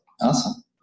Awesome